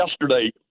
yesterday